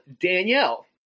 Danielle